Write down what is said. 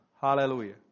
Hallelujah